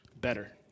better